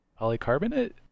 polycarbonate